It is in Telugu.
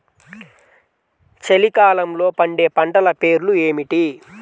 చలికాలంలో పండే పంటల పేర్లు ఏమిటీ?